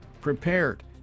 prepared